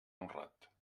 honrat